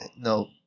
No